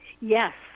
Yes